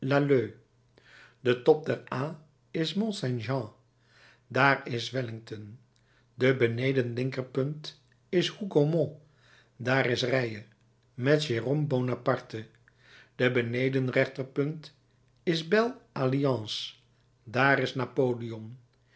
de top der a is mont saint jean daar is wellington de beneden linkerpunt is hougomont daar is reille met jerôme bonaparte de beneden rechterpunt is belle alliance daar is napoleon